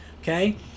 Okay